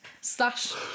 slash